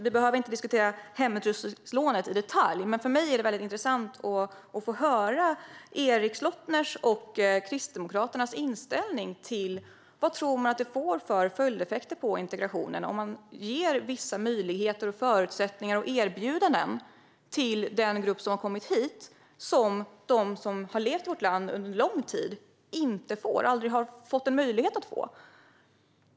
Vi behöver inte diskutera hemutrustningslånet i detalj, men för mig är det intressant att få höra Erik Slottners och Kristdemokraternas inställning till vad man tror att det får för följdeffekter för integrationen om man ger vissa möjligheter och erbjuder förutsättningar till en grupp som har kommit hit som de som har levt i vårt land under lång tid inte får och aldrig har fått en möjlighet att få.